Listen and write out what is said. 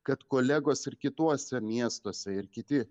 kad kolegos ir kituose miestuose ir kiti